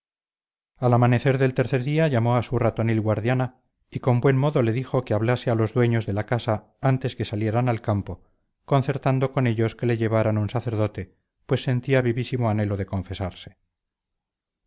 al amanecer del tercer día llamó a su ratonil guardiana y con buen modo le dijo que hablase a los dueños de la casa antes que salieran al campo concertando con ellos que le llevaran un sacerdote pues sentía vivísimo anhelo de confesarse